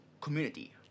community